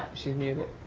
she's muted.